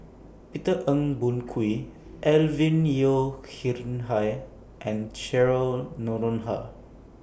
Peter Ong Boon Kwee Alvin Yeo Khirn Hai and Cheryl Noronha